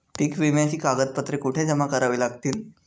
पीक विम्याची कागदपत्रे कुठे जमा करावी लागतील?